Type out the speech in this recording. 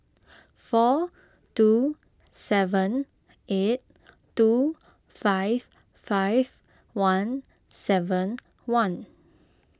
four two seven eight two five five one seven one